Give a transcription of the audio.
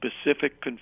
specific